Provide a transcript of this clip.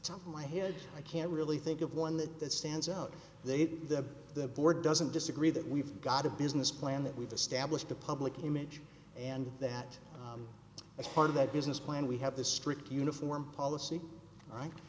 top of my head i can't really think of one that stands out there that the board doesn't disagree that we've got a business plan that we've established a public image and that as part of that business plan we have the strict uniform policy right